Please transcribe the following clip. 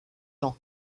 ans